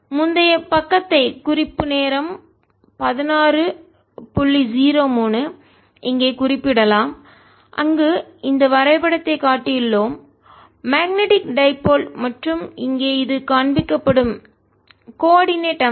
முந்தைய பக்கத்தை குறிப்பு நேரம் 1603 இங்கே குறிப்பிடலாம் அங்கு இந்த வரைபடத்தை காட்டியுள்ளோம் மேக்னெட்டிக் டைபோல் காந்த இருமுனை மற்றும் இங்கே இது காண்பிக்கப்படும் கோஆர்டினேட் அமைப்பு